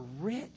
rich